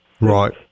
Right